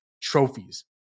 trophies